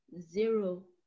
zero